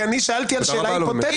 כי אני שאלתי שאלה היפותטית,